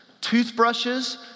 toothbrushes